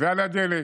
על הדלק,